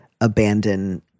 abandon